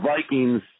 Vikings